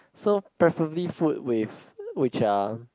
so preferably food with which uh